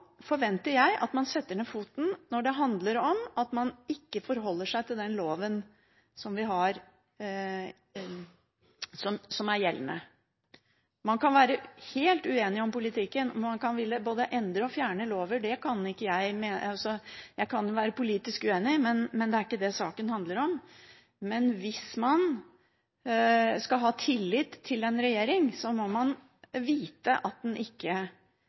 forventer jeg at man setter ned foten når det handler om at man ikke forholder seg til den loven som er gjeldende. Man kan være helt uenig om politikken, man kan ville både endre og fjerne lover – det kan jeg være politisk uenig i, men det er ikke det saken handler om. Hvis man skal ha tillit til en regjering, må man vite at den ikke, helt bevisst, bruker en